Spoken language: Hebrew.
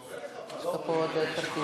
יישר כוח.